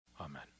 amen